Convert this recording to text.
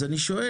אז אני שואל,